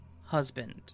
husband